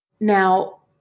Now